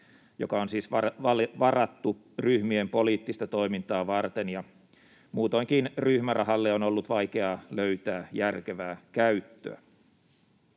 joka on siis varattu ryhmien poliittista toimintaa varten, ja muutoinkin ryhmärahalle on ollut vaikeaa löytää järkevää käyttöä.